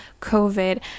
COVID